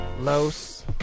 Los